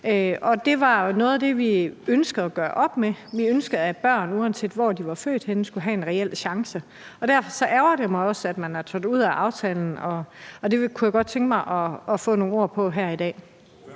det var jo noget af det, vi ønskede at gøre op med. Vi ønskede, at børn, uanset hvor de var født henne, skulle have en reel chance. Derfor ærgrer det mig også, at man er trådt ud af aftalen, og det kunne jeg godt tænke mig at få nogle ord på her i dag.